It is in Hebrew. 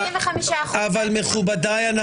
85%. מכובדיי,